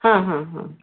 ହଁ ହଁ ହଁ